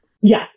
Yes